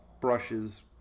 brushes